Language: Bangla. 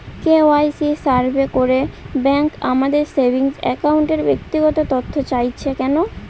কে.ওয়াই.সি সার্ভে করে ব্যাংক আমাদের সেভিং অ্যাকাউন্টের ব্যক্তিগত তথ্য চাইছে কেন?